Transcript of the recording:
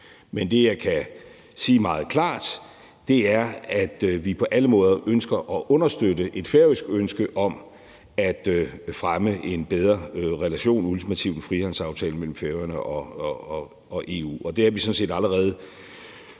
Men det, jeg kan sige meget klart, er, at vi på alle måder ønsker at understøtte et færøsk ønske om at fremme en bedre relation ultimativt med en frihandelsaftale mellem Færøerne og EU, og det er vi sådan set allerede